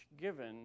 given